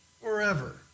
forever